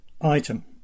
Item